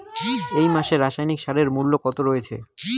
এই মাসে রাসায়নিক সারের মূল্য কত রয়েছে?